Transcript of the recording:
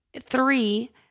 three